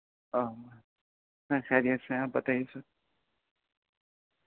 ہاں خیریت سے آپ بتائیے سر